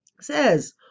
Says